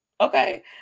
Okay